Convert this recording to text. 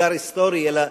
אתגר היסטורי, אלא